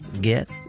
get